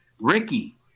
Ricky